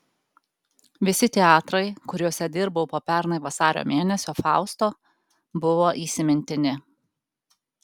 visi teatrai kuriuose dirbau po pernai vasario mėnesio fausto buvo įsimintini